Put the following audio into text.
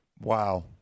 Wow